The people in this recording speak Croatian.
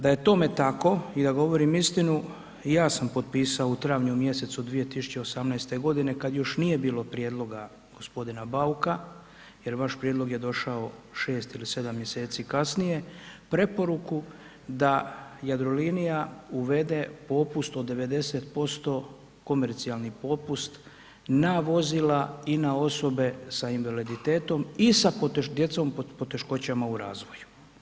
Da je tome tako i da govorim istinu, i ja sam potpisao u travnju mjesecu 2018. g. kad još nije bilo prijedloga g. Bauka jer vaš prijedlog je došao 6 ili 7 mj. kasnije, preporuku da Jadrolinija uvede popust od 90%, komercijalni popust ma vozila i na osobe sa invaliditetom i sa djecom sa poteškoćama u razvoju.